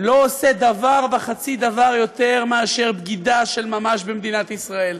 לא עושה דבר וחצי דבר אלא בגידה של ממש במדינת ישראל,